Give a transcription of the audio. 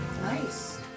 Nice